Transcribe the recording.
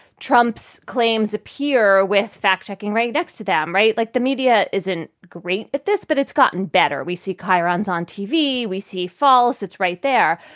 trump's claims appear with fact checking right next to them. right. like, the media isn't great at this, but it's gotten better. we see cairenes on tv. we see false. it's right there.